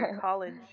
college